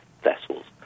vessels